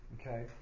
Okay